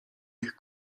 ich